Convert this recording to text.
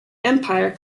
empire